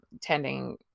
tending